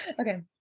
Okay